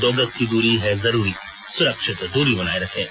दो गज की दूरी है जरूरी सुरक्षित दूरी बनाए रखें